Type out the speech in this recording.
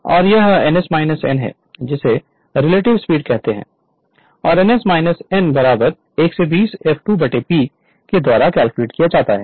और यह ns n है जिसे रिलेटिव स्पीड कहते हैं और ns n 120 F2 P के द्वारा कैलकुलेट किया जाता है